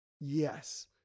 Yes